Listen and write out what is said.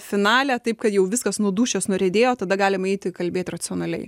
finale taip kad jau viskas nuo dūšios nuriedėjo tada galim eiti kalbėti racionaliai